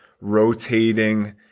rotating